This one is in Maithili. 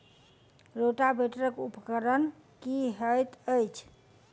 रोटावेटर उपकरण की हएत अछि?